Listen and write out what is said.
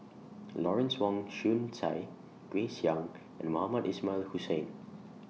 Lawrence Wong Shyun Tsai Grace Young and Mohamed Ismail Hussain